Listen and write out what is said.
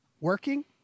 working